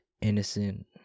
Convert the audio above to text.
innocent